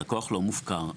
הלקוח לא מופקר.